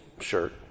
shirt